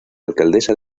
alcaldesa